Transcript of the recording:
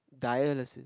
dialysis